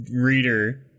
reader